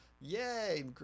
yay